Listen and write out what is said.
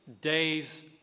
days